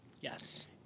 Yes